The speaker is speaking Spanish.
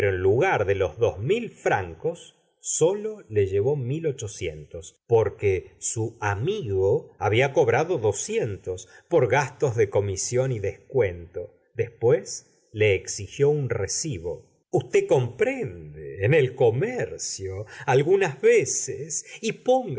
lugar de los dos mil francos sólo le llevó mil ochocientos porque su amigo había cobrado doscientos por gastos de comisión y descuento desp ués le exigió un recibo usted comprende en el comercio al gunas veces